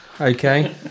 okay